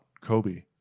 Kobe